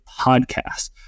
PODCAST